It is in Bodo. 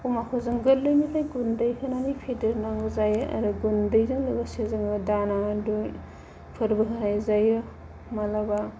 अमाखौ जों गोरलैनिफ्राय गुन्दै होनानै फेदेरनांगौ जायो आरो गुन्दैजों लोगोसे जोङो दाना दैफोरबो होनाय जायो माब्लाबा